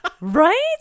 Right